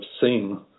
seen